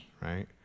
right